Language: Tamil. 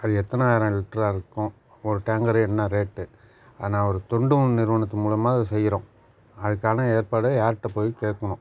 அது எத்தனை ஆயிரம் லிட்ராக இருக்கும் ஒரு டேங்கரு என்ன ரேட்டு ஆனால் ஒரு தொண்டும் நிறுவனத்து மூலயமா அதை செய்கிறோம் அதுக்கான ஏற்பாடை யார்கிட்ட போய் கேட்கணும்